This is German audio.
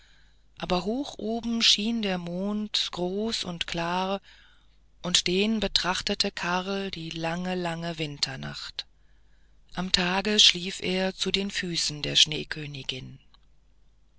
aber hoch oben schien der mond groß und klar und den betrachtete karl die lange lange winternacht am tage schlief er zu den füßen der schneekönigin